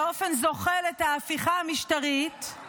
באופן זוחל את ההפיכה המשטרית,